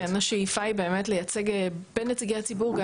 השאיפה היא באמת לייצג בין נציגי הציבור גם